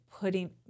putting